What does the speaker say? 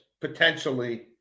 potentially